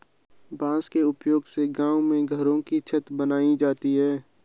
बांस के उपयोग से गांव में घरों की छतें बनाई जाती है